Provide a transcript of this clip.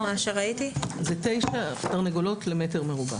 9 תרנגולות למטר מרובע.